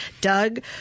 Doug